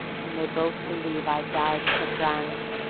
and they both believe i died for france,